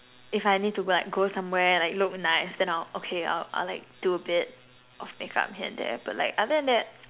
if I need to be like go somewhere like look nice then I'll okay I'll I'll like I'll do a bit of makeup here and there but like other than that